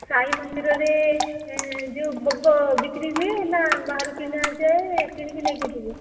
ସାଇ ମନ୍ଦିରରେ ଯେଉଁ ଭୋଗ ବିକ୍ରି ହୁଏ ନା ବାହାରୁ କିଣାଯାଏ କିଣିକି ନେଇକି ଯିବୁ